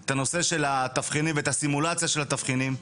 את הנושא של התבחינים ואת הסימולציה של התבחינים.